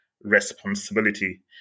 responsibility